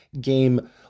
game